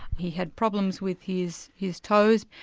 he had problems with his his toes.